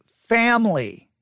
family